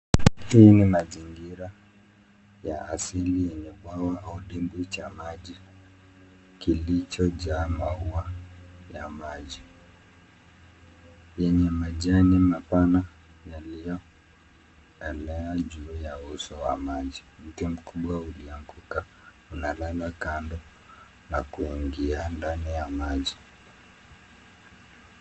Hii ni mazingira ya asili yenye bwawa au dimbwi cha maji kilichojaa maua ya maji, yenye majani mapana yaliyoelea juu ya uso wa maji. Mti mkubwa ulianguka unalala kando na kuingia ndani ya maji.